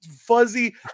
fuzzy